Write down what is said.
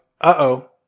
uh-oh